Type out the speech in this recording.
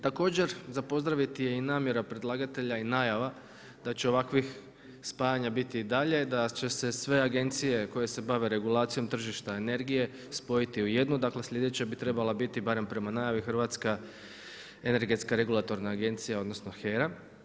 Također, za pozdraviti je i namjera predlagatelja i najava da će ovakvih spajanja biti i dalje, da će se sve agencije koje se bave regulacijom tržišta energije spojiti u jednu, dakle slijedeća bi trebala biti, barem prema najavi Hrvatska energetska regulatorna agencija, odnosno HEA.